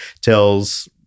tells